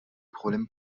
problèmes